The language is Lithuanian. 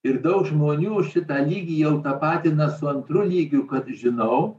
ir daug žmonių šitą žygį jau tapatina su antru lygiu kad žinau